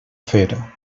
fer